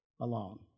alone